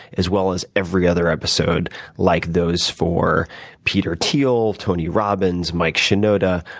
as well as every other episode like those for peter thiel, tony robbins, mike shinoda,